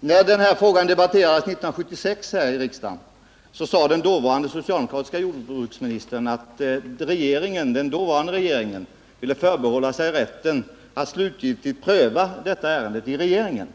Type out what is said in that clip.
När den här frågan debatterades här i riksdagen 1976 sade den dåvarande socialdemokratiske jordbruksministern att den dåvarande regeringen ville förbehålla sig rätten att slutgiltigt pröva detta ärende i regeringen.